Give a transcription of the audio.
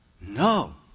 No